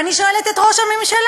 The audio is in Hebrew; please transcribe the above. ואני שואלת את ראש הממשלה,